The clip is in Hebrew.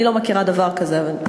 אני לא מכירה דבר כזה.